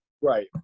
Right